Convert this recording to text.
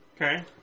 Okay